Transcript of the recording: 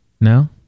No